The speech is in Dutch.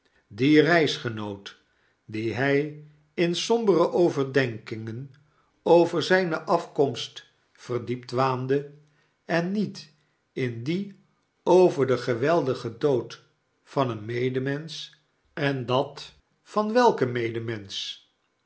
bleef loopen dien reisgenoot dienhgin sombere overdenkingen over zjjneafkomstverdiept waande en niet in die over den geweldigen dood van een medemensch en dat van welken medemensch